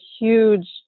huge